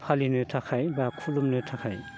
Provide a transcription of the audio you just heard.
फालिनो थाखाय बा खुलुमनो थाखाय